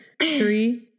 three